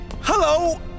Hello